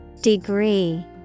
Degree